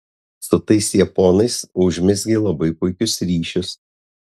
su tais japonais užmezgei labai puikius ryšius